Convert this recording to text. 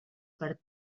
per